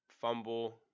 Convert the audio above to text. fumble